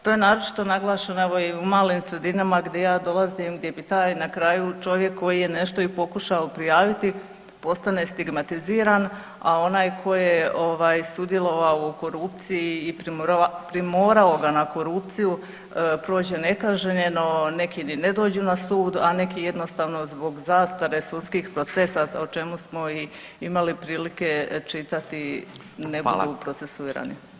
To je naročito naglašeno evo i u malim sredinama gdje ja dolazim gdje bi taj na kraju čovjek koji je nešto i pokušao prijaviti postane stigmatiziran, a onaj tko je ovaj sudjelovao u korupciji i primorao ga na korupciju prođe nekažnjeno, neki ni ne dođu na sud, a neki jednostavno zbog zastare sudskih procesa o čemu smo i imali prilike čitati [[Upadica: Hvala.]] ne budu procesuirani.